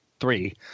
Three